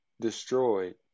destroyed